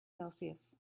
celsius